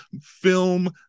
film